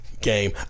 game